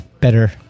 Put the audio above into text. better